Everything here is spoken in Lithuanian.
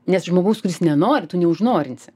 nes žmogus kuris nenori tu neužnorinsi